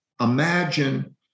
imagine